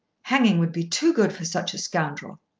hanging would be too good for such a scoundrel.